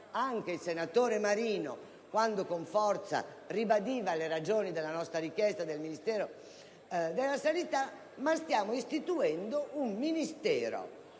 anche il senatore Marino, quando con forza ribadiva le ragioni della nostra richiesta del Ministero della sanità, ma stiamo istituendo un Ministero